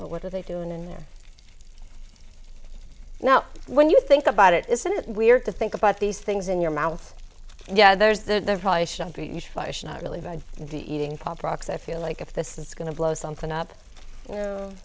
well what are they doing in there now when you think about it isn't it weird to think about these things in your mouth yeah there's the really bad the eating pop rocks i feel like if this is going to blow something up y